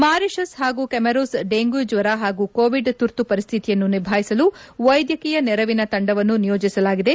Mauritius ಹಾಗೂ Comoros dengue ಜ್ಞರ ಹಾಗೂ ಕೋವಿಡ್ ತುರ್ತು ಪರಿಸ್ಟಿತಿಯನ್ನು ನಿಭಾಯಿಸಲು ವೈದ್ಯಕೀಯ ನೆರವಿನ ತಂಡವನ್ನು ನಿಯೋಜಿಸಲಾಗಿದೆ